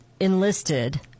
enlisted